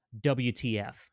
WTF